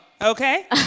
okay